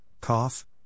cough